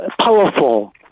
powerful